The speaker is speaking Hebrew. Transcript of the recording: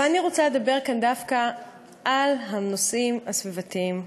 אני רוצה לדבר כאן דווקא על הנושאים הסביבתיים,